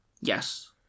Yes